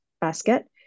Basket